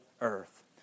earth